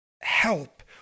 help